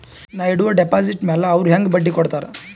ನಾ ಇಡುವ ಡೆಪಾಜಿಟ್ ಮ್ಯಾಲ ಅವ್ರು ಹೆಂಗ ಬಡ್ಡಿ ಕೊಡುತ್ತಾರ?